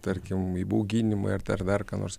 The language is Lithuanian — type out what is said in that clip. tarkim įbauginimui ar dar dar ką nors